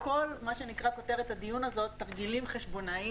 וכל כותרת הדיון הזה "תרגילים חשבונאיים"